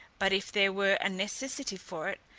but if there were a necessity for it,